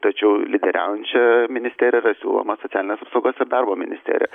tačiau lyderiaujančia ministerijos siūloma sicialinės apsaugos ir darbo ministerija